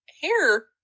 hair